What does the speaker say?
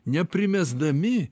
ne primesdami